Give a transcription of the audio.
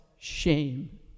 shame